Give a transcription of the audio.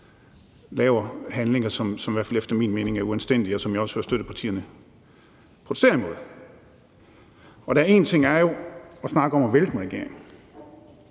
laver handlinger, som i hvert fald efter min mening er uanstændige, og som jeg også hører støttepartierne protestere imod? En ting er jo at snakke om at vælte en regering.